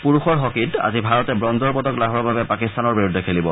পুৰুষৰ হকীত আজি ভাৰতে ব্ৰঞ্জৰ পদক লাভৰ বাবে পাকিস্তানৰ বিৰুদ্ধে খেলিব